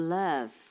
love